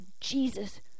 Jesus